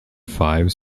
five